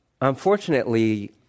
unfortunately